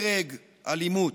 הרג, אלימות.